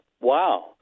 Wow